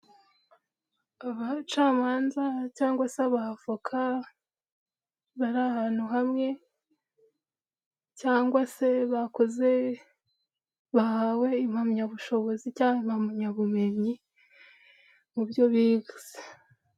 Abacamanza cyangwa se abavoka bari ahantu hamwe cyangwa se bakoze bahawe impamyabushobozi cyangwa impamyabumenyi mu byo bize.